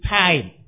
time